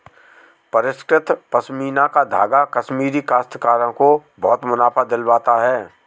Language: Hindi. परिष्कृत पशमीना का धागा कश्मीरी काश्तकारों को बहुत मुनाफा दिलवाता है